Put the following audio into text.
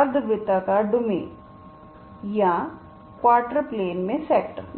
अर्धवृत्ताकार domain या quarter plane में sector में